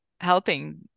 helping